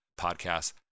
podcasts